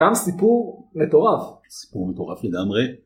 גם סיפור מטורף. סיפור מטורף לגמרי.